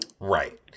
Right